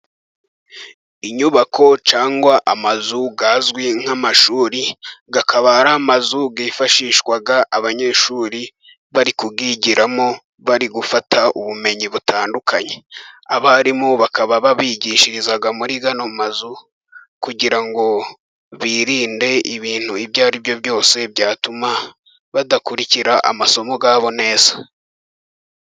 Inyubako cyangwa amazu azwi nk'amashuri, akaba ari amazu yifashishwa n'abanyeshuri bari kuyigiramo, bari gufata ubumenyi butandukanye, abarimu bakaba babigishiriza muri ayo mazu, kugira ngo birinde ibintu ibyo aribyo byose byatuma badakurikira amasomo yabo neza.